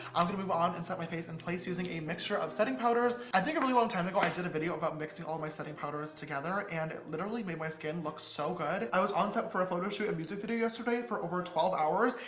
i'm gonna move on and set my face in place using a mixture of setting powders. i think a really long time ago i did a video about mixing all of my setting powders together, and it literally made my skin look so good. i was on set for a photo shoot and music video yesterday for over twelve hours,